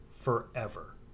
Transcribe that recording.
forever